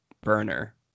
burner